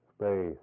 space